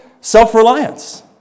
self-reliance